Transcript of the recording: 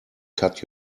cut